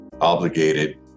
obligated